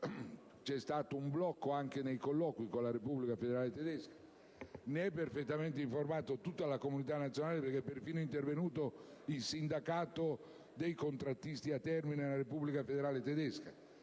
C'è stata anche un'interruzione nei colloqui con la Repubblica federale tedesca, di cui è perfettamente informata tutta la comunità nazionale, essendo perfino intervenuto il sindacato dei contrattisti a termine nella Repubblica federale tedesca.